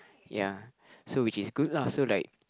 ya so which is good lah so like